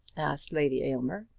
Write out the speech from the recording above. asked lady aylmer.